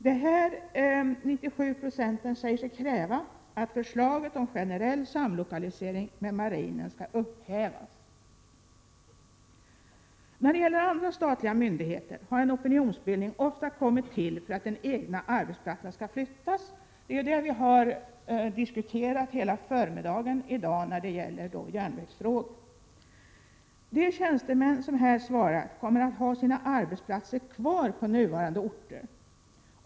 Dessa 97 96 säger sig kräva att förslaget om generell samlokalisering med marinen skall skrinläggas. När det gäller andra statliga myndigheter har en opinionsbildning ofta kommit till stånd som en följd av att den egna arbetsplatsen skall flyttas. Det är det som vi har diskuterat hela förmiddagen i dag i samband med järnvägsfrågorna. De tjänstemän som här svarat kommer att ha sina arbetsplatser kvar på nuvarande orter.